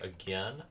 again